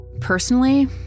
Personally